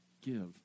give